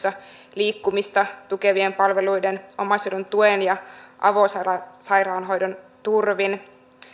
liikkumista tukevien palveluiden omaishoidon tuen ja avosairaanhoidon turvin